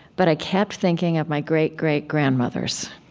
but i kept thinking of my great-great-grandmothers.